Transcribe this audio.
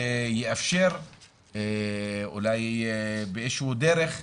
שיאפשר אולי באיזה שהוא דרך,